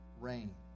rain